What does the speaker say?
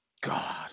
God